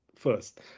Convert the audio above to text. First